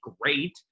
great